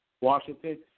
Washington